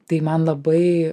tai man labai